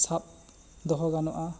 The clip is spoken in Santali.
ᱥᱟᱵ ᱫᱚᱦᱚ ᱜᱟᱱᱚᱜᱼᱟ